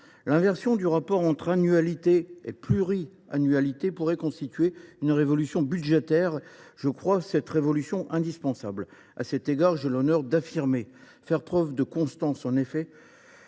L’inversion du rapport entre annualité et pluriannualité pourrait constituer une révolution budgétaire que je crois indispensable. À cet égard, j’ai l’honneur d’affirmer faire preuve de constance. En effet,